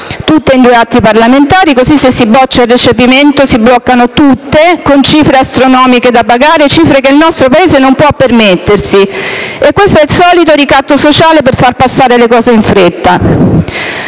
Tutte in due atti parlamentari: così, se si boccia il recepimento si bloccano tutte, con cifre astronomiche da pagare, cifre che il nostro Paese non può permettersi: questo è il solito ricatto sociale per far passare le cose in fretta.